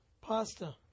Pasta